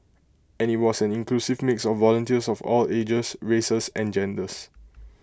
and IT was an inclusive mix of volunteers of all ages races and genders